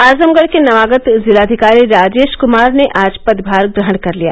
आजमगढ़ के नवागत जिलाधिकारी राजेश क्मार ने आज पदभार ग्रहण कर लिया